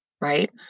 right